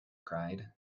cried